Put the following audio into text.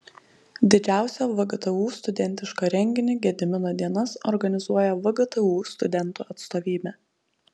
didžiausią vgtu studentišką renginį gedimino dienas organizuoja vgtu studentų atstovybė